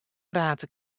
prate